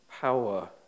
power